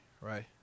right